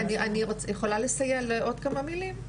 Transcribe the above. לסיים עם עוד כמה מילים?